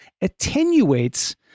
attenuates